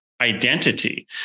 identity